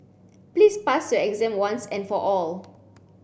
please pass your exam once and for all